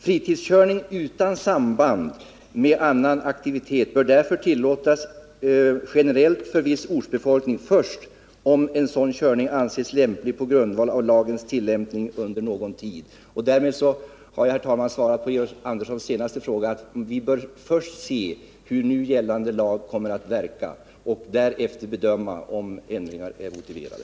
Fritidskörning utan samband med annan aktivitet bör därför tillåtas generellt för viss ortsbefolkning först om en sådan körning anses lämplig på grundval av lagens tillämpning under någon tid. Därmed har jag, herr talman, svarat på Georg Anderssons senaste fråga. Vi bör först se hur nu gällande lag kommer att verka och därefter bedöma om ändringar är motiverade.